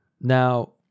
Now